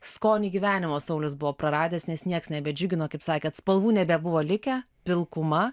skonį gyvenimo saulius buvo praradęs nes nieks nebedžiugino kaip sakėt spalvų nebebuvo likę pilkuma